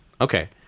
okay